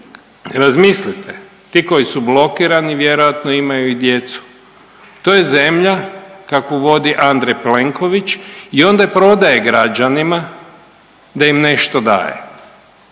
Razmislite. Ti koji su blokirani vjerojatno imaju i djecu. To je zemlja kakvu vodi Andrej Plenković i onda prodaje građanima da im nešto daje.